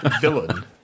villain